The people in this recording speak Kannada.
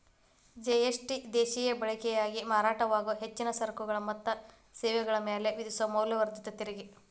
ಜಿ.ಎಸ್.ಟಿ ದೇಶೇಯ ಬಳಕೆಗಾಗಿ ಮಾರಾಟವಾಗೊ ಹೆಚ್ಚಿನ ಸರಕುಗಳ ಮತ್ತ ಸೇವೆಗಳ ಮ್ಯಾಲೆ ವಿಧಿಸೊ ಮೌಲ್ಯವರ್ಧಿತ ತೆರಿಗಿ